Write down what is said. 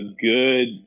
good